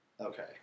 Okay